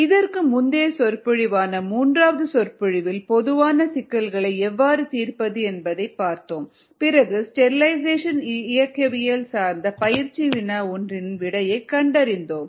இதற்கு முந்தைய சொற்பொழிவான மூன்றாவது சொற்பொழிவில் பொதுவாக சிக்கல்களை எவ்வாறு தீர்ப்பது என்பதைப் பார்த்தோம் பிறகு ஸ்டெரிலைசேஷன் இயக்கவியல் சார்ந்த பயிற்சி வினா ஒன்றின் விடையை கண்டறிந்தோம்